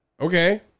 Okay